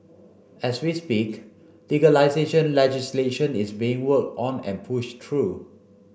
as we speak legalisation legislation is being worked on and pushed through